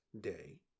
day